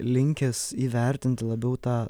linkęs įvertinti labiau tą